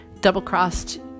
double-crossed